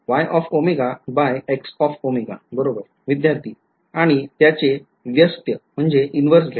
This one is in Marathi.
बरोबर विध्यार्थी आणि त्याचे व्यस्त इन्व्हर्स घ्यायचे